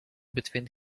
between